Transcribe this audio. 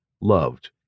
loved